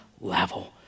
level